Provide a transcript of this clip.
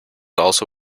also